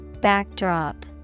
Backdrop